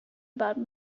about